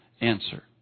answer